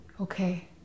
Okay